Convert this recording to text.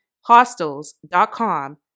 Hostels.com